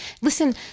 Listen